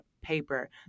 paper